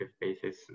basis